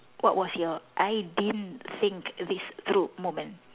what was your I didn't think this through moment